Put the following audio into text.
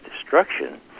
destruction